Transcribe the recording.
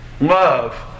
Love